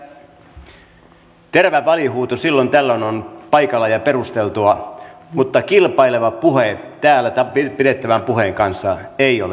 arvoisat edustajat terävä välihuuto silloin tällöin on paikallaan ja perusteltua mutta kilpaileva puhe täällä pidettävän puheen kanssa ei ole sallittua